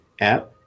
app